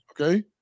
okay